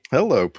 Hello